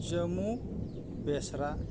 ᱡᱟᱹᱢᱩ ᱵᱮᱥᱨᱟ